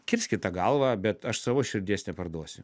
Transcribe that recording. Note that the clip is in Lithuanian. kirskit tą galvą bet aš savo širdies neparduosiu